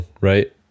right